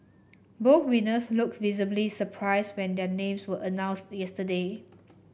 both winners looked visibly surprised when their names were announced yesterday